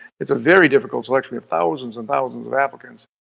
it's a very difficult selection. we have thousands and thousands of applicants.